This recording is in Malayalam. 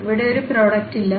അവിടെ ഒരു പ്രോഡക്റ്റ് ഇല്ല